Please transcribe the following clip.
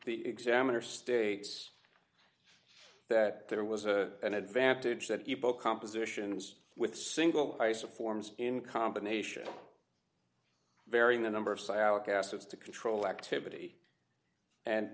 the examiner states that there was a an advantage that you book compositions with single price of forms in combination varying the number of assets to control activity and